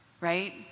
right